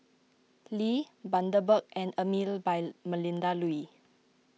Lee Bundaberg and Emel by Melinda Looi